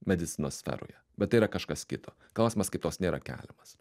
medicinos sferoje bet tai yra kažkas kito klausimas kaitos nėra keliamas